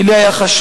כי לי היה חשוב,